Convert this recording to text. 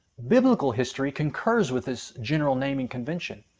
biblical history concurs with this general naming convention,